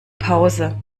pause